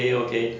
okay okay okay